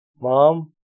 Mom